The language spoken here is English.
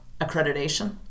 accreditation